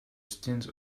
stint